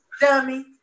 Dummy